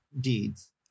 deeds